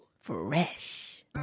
Fresh